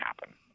happen